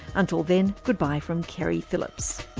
until then, goodbye from keri phillips.